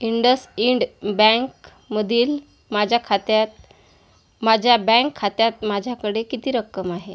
इंडसइंड बँकेमधील माझ्या खात्यात माझ्या बँक खात्यात माझ्याकडे किती रक्कम आहे